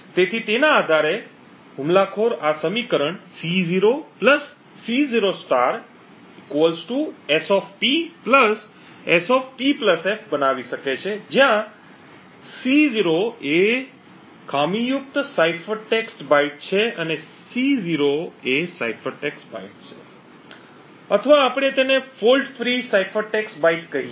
તેથી તેના આધારે આ હુમલાખોર આ સમીકરણ C0 C0 S P S P f બનાવી શકે છે જ્યાં C0 zero star ખામીયુક્ત સાઇફર ટેક્સ્ટ બાઇટ છે અને C0 એ સાયફર ટેક્સ્ટ બાઇટ છે અથવા આપણે તેને fault free cipher text byte કહીએ